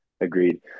agreed